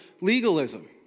legalism